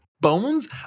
bones